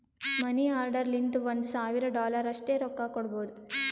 ಮನಿ order ಲಿಂತ ಒಂದ್ ಸಾವಿರ ಡಾಲರ್ ಅಷ್ಟೇ ರೊಕ್ಕಾ ಕೊಡ್ಬೋದ